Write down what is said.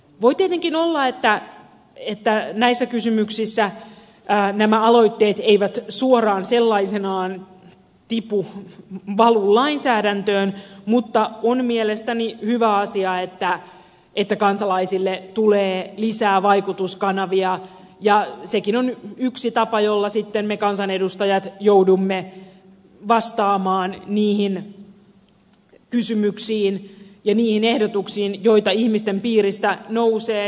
voi tietenkin olla että näissä kysymyksissä nämä aloitteet eivät suoraan sellaisenaan tipu valu lainsäädäntöön mutta on mielestäni hyvä asia että kansalaisille tulee lisää vaikutuskanavia ja sekin on yksi tapa jolla me kansanedustajat sitten joudumme vastaamaan niihin kysymyksiin ja niihin ehdotuksiin joita ihmisten piiristä nousee